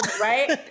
right